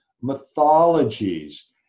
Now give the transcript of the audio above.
mythologies